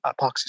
epoxy